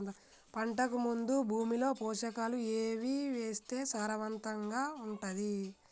పంటకు ముందు భూమిలో పోషకాలు ఏవి వేస్తే సారవంతంగా ఉంటది?